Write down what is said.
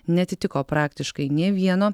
neatitiko praktiškai nė vieno